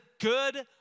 good